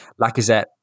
Lacazette